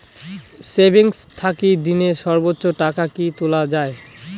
Savings থাকি দিনে সর্বোচ্চ টাকা কি তুলা য়ায়?